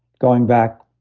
going back,